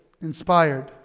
inspired